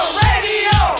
radio